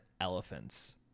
elephants